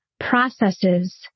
processes